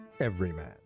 everyman